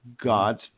God's